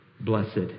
Blessed